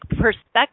perspective